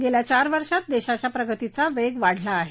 गेल्या चार वर्षात देशाच्या प्रगतीचा वेग वाढला आहे